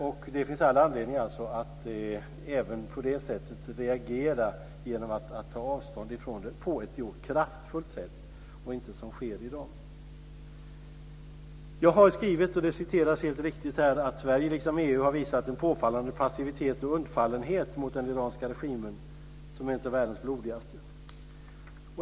Det finns alltså all anledning att även på det sättet reagera genom att ta avstånd från det på ett kraftfullt sätt och inte som sker i dag. Jag har skrivit, och det citeras helt riktigt här, att "Sverige liksom EU har visat en påfallande passivitet och undfallenhet mot den iranska regimen som är en av världens blodigaste."